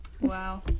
Wow